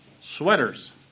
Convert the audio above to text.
Sweaters